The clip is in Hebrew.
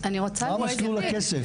מה מסלול הכסף?